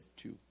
two